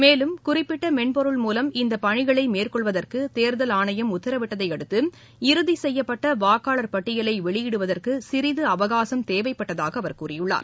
மேலும் குறிப்பிட்ட மென்பொருள் மூலம் இந்த பணிகளை மேற்கொள்வதற்கு தேர்தல் ஆணையம் உத்தரவிட்டதையடுத்து இறுதி செய்யப்பட்ட வாக்காளர் பட்டியலை வெளியிடுவதற்கு சிறிது அவகாசம் தேவைப்பட்டதாக அவர் கூறியுள்ளார்